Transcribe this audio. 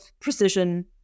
precision